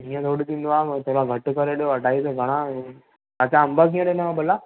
हीअं थोरी थींदो आहे थोरा घटि करे ॾियो अढाई सौ घणा अच्छा अंब कीअं ॾिनव भला